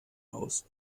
aus